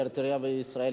אריתריאה וישראל,